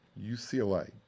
UCLA